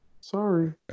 Sorry